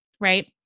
Right